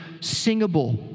singable